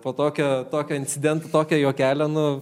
po tokio tokio incidento tokio juokelio nu